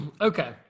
Okay